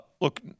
look